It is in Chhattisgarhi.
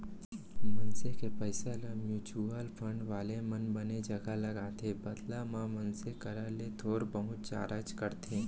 मनसे के पइसा ल म्युचुअल फंड वाले मन बने जघा लगाथे बदला म मनसे करा ले थोर बहुत चारज करथे